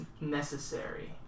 necessary